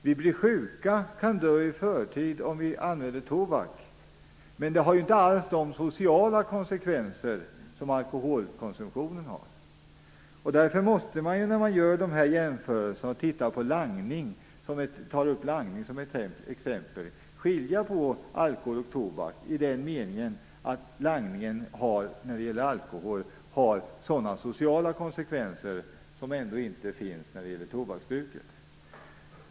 Vi blir sjuka och kan dö i förtid om vi använder tobak. Men det har inte alls de sociala konsekvenser som alkoholkonsumtionen har. När man gör dessa jämförelser och tar upp langning som ett exempel måste man skilja på alkohol och tobak i den meningen att langning av alkohol har sociala konsekvenser som inte finns när det gäller tobaksbruket.